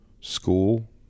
school